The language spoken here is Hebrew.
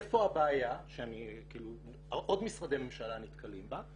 איפה הבעיה שעוד משרדי ממשלה נתקלים בה,